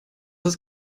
ist